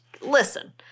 listen